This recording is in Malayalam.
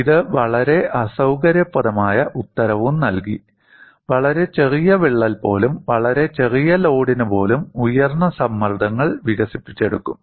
ഇത് വളരെ അസൌകര്യപ്രദമായ ഉത്തരവും നൽകി വളരെ ചെറിയ വിള്ളൽ പോലും വളരെ ചെറിയ ലോഡിന് പോലും ഉയർന്ന സമ്മർദ്ദങ്ങൾ വികസിപ്പിച്ചെടുക്കും